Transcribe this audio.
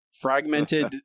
fragmented